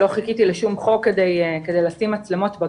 לא חיכיתי לשום חוק כדי להתקין אותן.